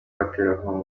abaterankunga